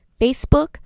Facebook